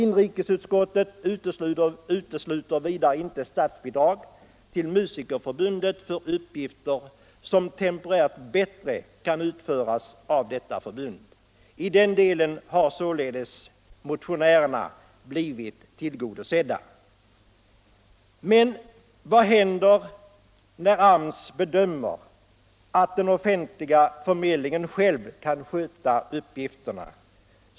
Vidare utesluter utskottet inte statsbidrag till Musikerförbundet för uppgifter som temporärt bättre kan utföras av detta förbund. I den delen har således motionärerna blivit tillgodosedda. Men vad händer när AMS bedömer att den offentliga förmedlingen själv kan sköta uppgifterna?